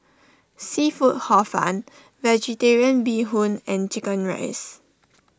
Seafood Hor Fun Vegetarian Bee Hoon and Chicken Rice